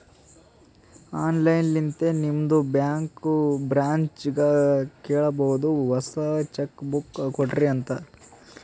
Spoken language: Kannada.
ಆನ್ಲೈನ್ ಲಿಂತೆ ನಿಮ್ದು ಬ್ಯಾಂಕ್ ಬ್ರ್ಯಾಂಚ್ಗ ಕೇಳಬೋದು ಹೊಸಾ ಚೆಕ್ ಬುಕ್ ಕೊಡ್ರಿ ಅಂತ್